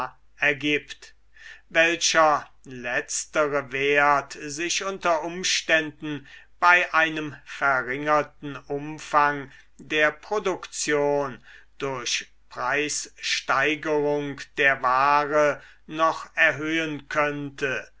ergibt welcher letztere wert sich unter umständen bei einem verringerten umfang der produktion durch preissteigerung der ware noch erhöhen könnte